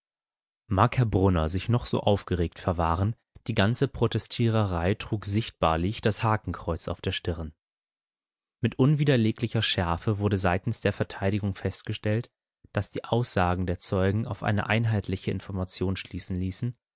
brunner sich noch so aufgeregt verwahren die ganze protestiererei trug sichtbarlich das hakenkreuz auf der stirn mit unwiderleglicher schärfe wurde seitens der verteidigung festgestellt daß die aussagen der zeugen auf eine einheitliche information schließen ließen